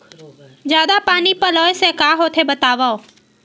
जादा पानी पलोय से का होथे बतावव?